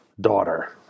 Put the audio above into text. daughter